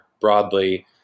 broadly